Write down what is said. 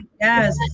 Yes